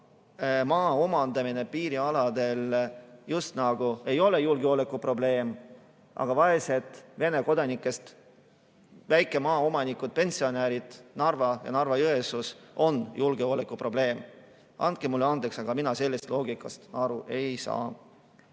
maa omandamine piirialadel just nagu ei ole julgeolekuprobleem, aga vaesed Vene kodanikest väikemaaomanikud, pensionärid Narvas ja Narva-Jõesuus, on julgeolekuprobleem. Andke mulle andeks, aga mina sellest loogikast aru ei saa.